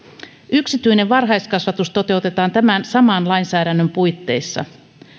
yksityinen varhaiskasvatus toteutetaan tämän saman lainsäädännön puitteissa